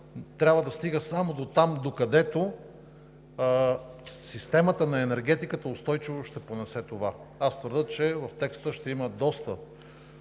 трябва да стига само дотам, докъдето системата на енергетиката устойчиво ще понесе това. Аз твърдя, че в текста ще има доста